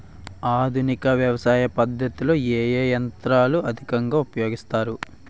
ఆధునిక వ్యవసయ పద్ధతిలో ఏ ఏ యంత్రాలు అధికంగా ఉపయోగిస్తారు?